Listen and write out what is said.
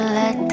let